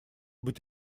быть